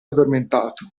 addormentato